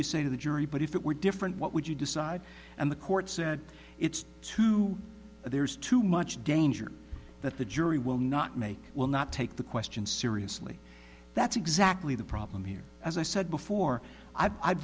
you say to the jury but if it were different what would you decide and the court said it's too there's too much danger that the jury will not make will not take the question seriously that's exactly the problem here as i said before i've